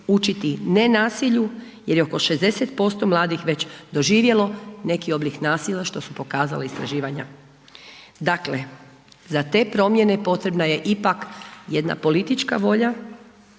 učiti nasilju jer je oko 60% mladih već doživjelo neki oblik nasilja, što su pokazala istraživanja. Dakle za te promjene potrebna je ipak jedna politička volja,